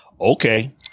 Okay